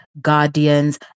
guardians